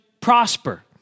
prosper